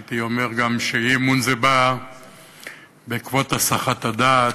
הייתי אומר שהאי-אמון הזה בא בעקבות הסחת הדעת,